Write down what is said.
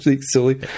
silly